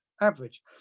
average